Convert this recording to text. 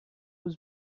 was